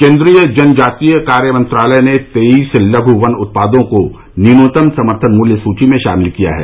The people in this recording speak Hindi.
केन्द्रीय जनजातीय कार्य मंत्रालय ने तेईस लघु वन उत्पादों को न्यूनतम समर्थन मूल्य सूची में शामिल किया है